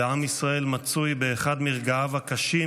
ועם ישראל מצוי באחד מרגעיו הקשים,